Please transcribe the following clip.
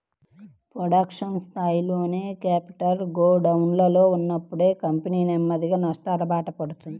production స్థాయిలోనే capital గోడౌన్లలో ఉన్నప్పుడు కంపెనీ నెమ్మదిగా నష్టాలబాట పడతది